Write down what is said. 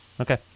Okay